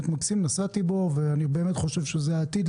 נסעתי בו ואני באמת חושב שזה העתיד,